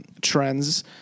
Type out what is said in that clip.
trends